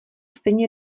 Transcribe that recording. stejně